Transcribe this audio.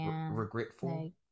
Regretful